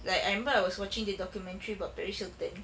like I remember I was watching the documentary about paris hilton